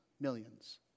Millions